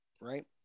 right